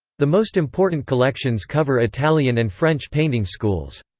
the most important collections cover italian and french painting schools.